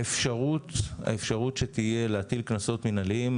האפשרות שתהיה להטיל קנסות מנהליים,